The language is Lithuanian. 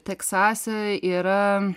teksase yra